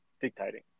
dictating